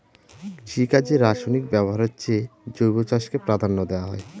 কৃষিকাজে রাসায়নিক ব্যবহারের চেয়ে জৈব চাষকে প্রাধান্য দেওয়া হয়